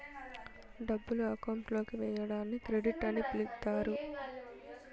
డబ్బులు అకౌంట్ లోకి వేయడాన్ని క్రెడిట్ అని పిలుత్తారు